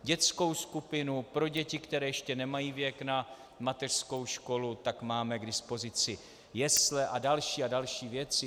Dětskou skupinu, pro děti, které ještě nemají věk na mateřskou školu, tak máme k dispozici jesle a další a další věci.